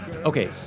Okay